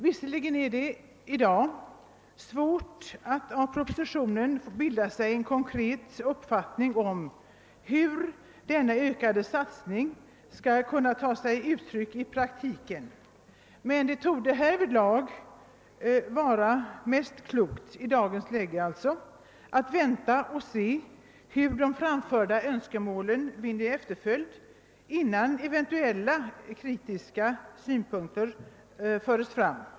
Visserligen är det svårt att av propositionen bilda sig en konkret uppfattning om hur denna ökade satsning skall ta sig uttryck i praktiken, men i dagens läge torde därvidlag det mest kloka vara att vänta och se hur de framförda önskemålen tillgodoses innan eventuella kritiska synpunkter förs fram.